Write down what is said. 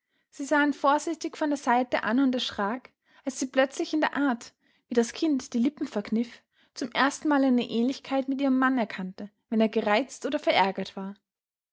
sie sah ihn vorsichtig von der seite an und erschrak als sie plötzlich in der art wie das kind die lippen verkniff zum erstenmal eine ähnlichkeit mit ihrem mann erkannte wenn er gereizt oder verärgert war